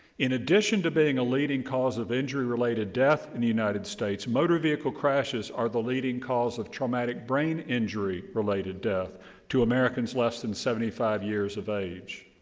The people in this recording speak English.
in addition to being a leading cause of injury-related death in the united states, motor vehicle crashes are the leading cause of traumatic brain injury related death to americans less than seventy five years of age.